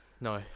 No